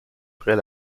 près